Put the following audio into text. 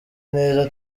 neza